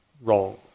wrong